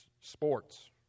sports